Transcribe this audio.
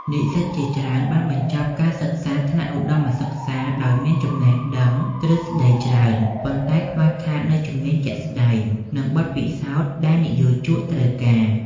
និស្សិតជាច្រើនបានបញ្ចប់ការសិក្សាថ្នាក់ឧត្តមសិក្សាដោយមានចំណេះដឹងទ្រឹស្តីច្រើន ប៉ុន្តែខ្វះខាតនូវជំនាញជាក់ស្តែង និងបទពិសោធន៍ដែលនិយោជកត្រូវការ។